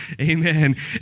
Amen